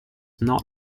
not